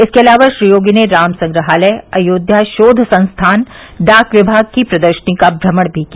इसके अलावा श्री योगी ने राम संग्रहालय अयोध्या शोध संस्थान डाक विभाग की प्रदर्शनी का भ्रमण भी किया